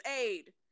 aid